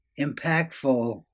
impactful